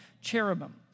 cherubim